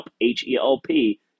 H-E-L-P